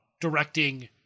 directing